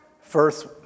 first